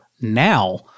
now